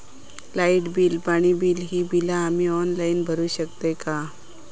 Light bill, पाणी bill, ही बिला आम्ही ऑनलाइन भरू शकतय का?